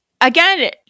again